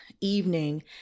evening